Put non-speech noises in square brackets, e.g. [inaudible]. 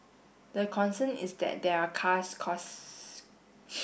the concern is that there are cars [unintelligible]